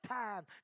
time